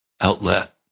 outlet